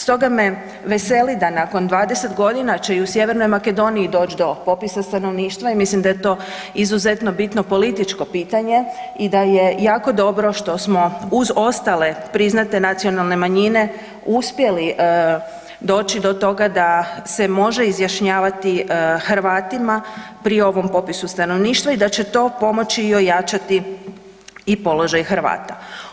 Stoga me veseli da nakon 20 godina će i u Sjevernoj Makedoniji doći do popisa stanovništva i mislim da je to izuzetno bitno političko pitanje i da je jako dobro što smo uz ostale priznate nacionalne manjine uspjeli doći do toga da se može izjašnjavati Hrvatima pri ovom popisu stanovništva i da će to pomoći i ojačati i položaj Hrvata.